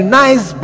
nice